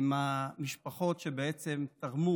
עם המשפחות שתרמו